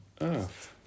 earth